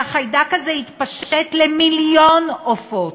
והחיידק הזה התפשט למיליון עופות.